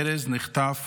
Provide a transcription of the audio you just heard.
ארז נחטף